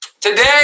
Today